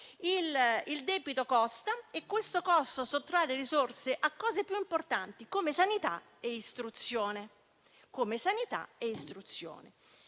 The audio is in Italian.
il debito costa e che questo costo sottrae risorse a cose più importanti, come sanità e istruzione.